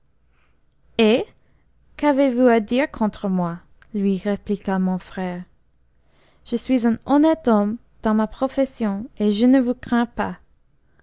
qu'avez-vous à dire contre moi lui répliqua mon frère je suis un honnête homme dans ma profession et je ne vous crains pas